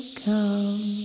come